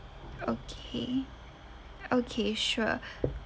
okay okay sure